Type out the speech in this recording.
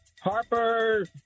Harper